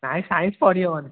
ନାଇଁ ସାଇନ୍ସ ପଢ଼ି ହେବନି